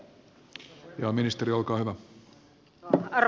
vielä kerran